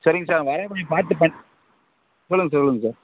சரிங்க சார் உங்கள் அதே மாதிரி பார்த்து பண்ணி சொல்லுங்கள் சொல்லுங்கள் சார்